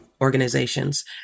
organizations